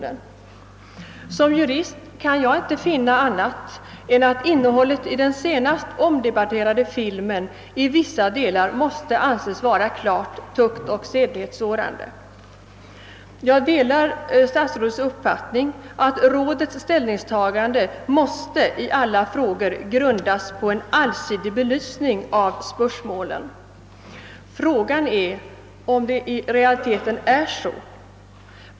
Som jurist kan jag inte finna annat än att innehållet i den senast omdebatterade filmen i vissa delar måste anses vara klart tuktoch sedlinghetssårande. Jag delar statsrådet uppfattning att rådets ställningstagande i alla frågor måste grundas på en allsidig belysning av spörsmålen. Frågan är om det i realiteten är så.